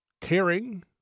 caring